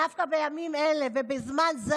דווקא בימים אלה ובזמן זה,